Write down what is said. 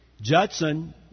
Judson